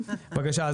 בבקשה,